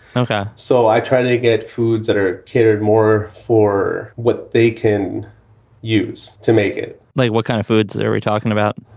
and so i tried to get foods that are catered more for what they can use to make it like what kind of foods are we talking about?